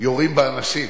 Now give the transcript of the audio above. יורים באנשים.